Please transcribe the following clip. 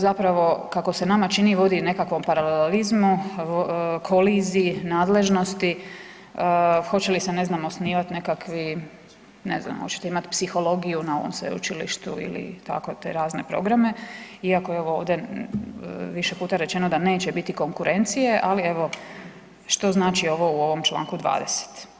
Zapravo, kako se nama čini, vodi nekakvom paralelizmu, koliziji nadležnosti, hoće li se ne znam osnivat nekakvi ne znam oćete imat psihologiju na ovom sveučilištu ili tako te razne programe iako je evo ovden više puta rečeno da neće biti konkurencije, ali evo što znači ovo u ovom čl. 20.